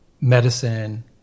Medicine